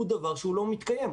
היא דבר שלא מתקיים.